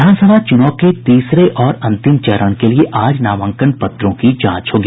विधानसभा चूनाव के तीसरे और अंतिम चरण के लिए आज नामांकन पत्रों की जांच होगी